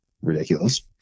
ridiculous